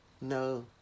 No